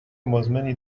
مزمن